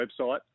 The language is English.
website